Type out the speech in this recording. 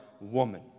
woman